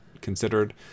considered